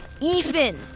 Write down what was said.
Ethan